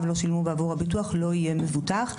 לא שילמו בעבור הביטוח לא יהיה מבוטח.